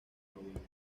noviembre